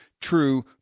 true